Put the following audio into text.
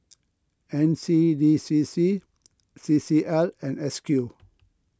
N C D C C C C L and S Q